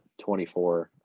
24